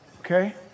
Okay